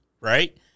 right